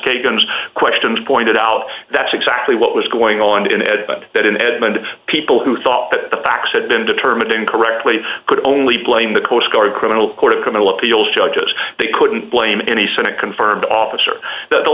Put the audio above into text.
kagan's questions pointed out that's exactly what was going on in edmond that in edmond people who thought that the facts had been determined incorrectly could only blame the coast guard criminal court of criminal appeals judges they couldn't blame any senate confirmed officer the last th